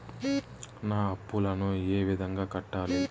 నా అప్పులను ఏ విధంగా కట్టాలి?